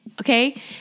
Okay